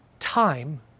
time